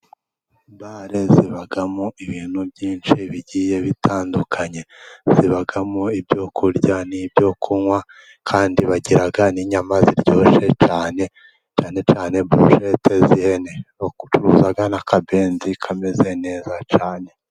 Bare zibamo ibintu byinshi bigiye bitandukanye zibamo ibyo kurya n'ibyo kunywa, kandi bagira n'inyama ziryoshye cyane. cyane cyane burushete z'ihene, bacuruza n'akabenzi kameze neza cyane.